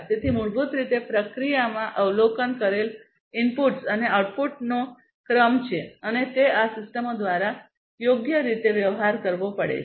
તેથી મૂળભૂત રીતે પ્રક્રિયામાં અવલોકન કરેલ ઇનપુટ્સ અને આઉટપુટનો ક્રમ છે અને તે આ સિસ્ટમો દ્વારા યોગ્ય રીતે વ્યવહાર કરવો પડે છે